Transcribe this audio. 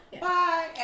Bye